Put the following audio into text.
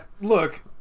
Look